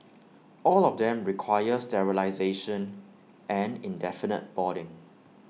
all of them require sterilisation and indefinite boarding